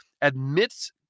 admits